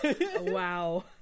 Wow